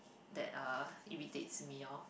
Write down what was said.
that uh irritates me orh